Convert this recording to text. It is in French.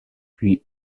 puis